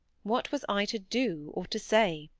what was i to do, or to say?